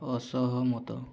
ଅସହମତ